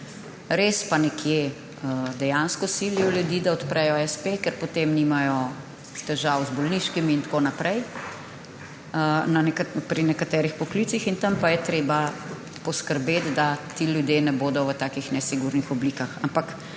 Res pa ponekod dejansko silijo ljudi, da odprejo espe, ker potem nimajo težav z bolniškimi in tako naprej, pri nekaterih poklicih. Tam pa je treba poskrbeti, da ti ljudje ne bodo v takih nesigurnih oblikah.